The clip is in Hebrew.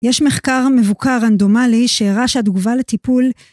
יש מחקר מבוקר רנדומלי שהראה שהתגובה לטיפול